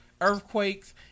earthquakes